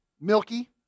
milky